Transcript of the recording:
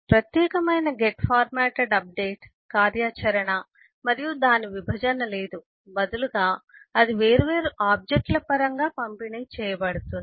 ప్రత్యేకమైన get formatted update కార్యాచరణ మరియు దాని విభజన లేదు బదులుగా అది వేర్వేరు ఆబ్జెక్ట్ల పరంగా పంపిణీ చేయబడుతుంది